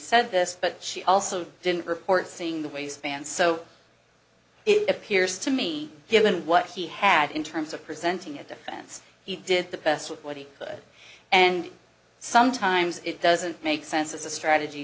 said this but she also didn't report seeing the waistband so it appears to me given what he had in terms of presenting a defense he did the best with what he could and sometimes it doesn't make sense as a strategy